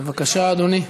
בבקשה, אדוני.